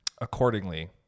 accordingly